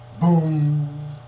Boom